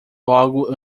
logo